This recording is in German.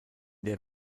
der